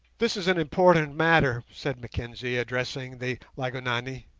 this is an important matter said mackenzie, addressing the lygonani,